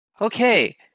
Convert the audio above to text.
Okay